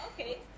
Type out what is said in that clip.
Okay